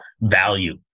value